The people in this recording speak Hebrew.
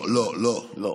לא, לא.